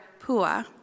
Pua